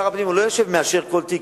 שר הפנים לא יושב ומאשר כל תיק,